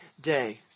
day